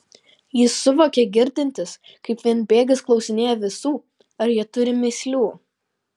jis suvokė girdintis kaip vienbėgis klausinėja visų ar jie turi mįslių